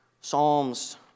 Psalms